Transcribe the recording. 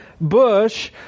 bush